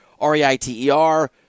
R-E-I-T-E-R